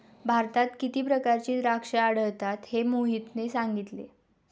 भारतात किती प्रकारची द्राक्षे आढळतात हे मोहितने सांगितले